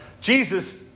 Jesus